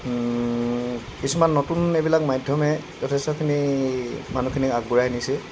কিছুমান নতুন এইবিলাক মাধ্যমে যথেষ্টখিনি মানুহখিনিক আগবঢ়াই নিছে